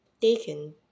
taken